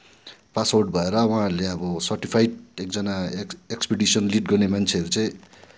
pass out भएर उहाँहरूले अब सार्टिफाइड एकजना एक्सपिडिसन लिड गर्ने मान्छेहरू चाहिँ